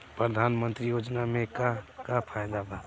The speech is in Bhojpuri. प्रधानमंत्री योजना मे का का फायदा बा?